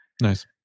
Nice